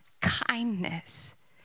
kindness